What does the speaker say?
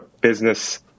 business